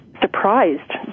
surprised